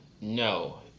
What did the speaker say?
No